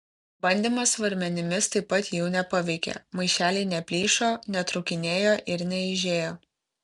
bandymas svarmenimis taip pat jų nepaveikė maišeliai neplyšo netrūkinėjo ir neaižėjo